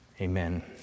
Amen